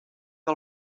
que